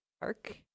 Park